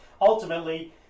Ultimately